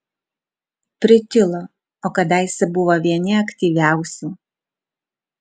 pritilo o kadaise buvo vieni aktyviausių